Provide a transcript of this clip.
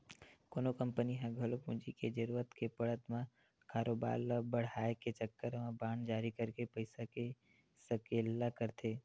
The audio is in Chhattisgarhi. कोनो कंपनी ह घलो पूंजी के जरुरत के पड़त म कारोबार ल बड़हाय के चक्कर म बांड जारी करके पइसा के सकेला करथे